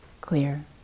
clear